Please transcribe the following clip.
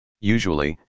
Usually